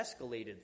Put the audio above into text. escalated